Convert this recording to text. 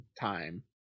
time